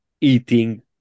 eating